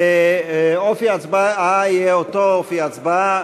אופי ההצבעה יהיה אותו אופי הצבעה.